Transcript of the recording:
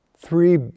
three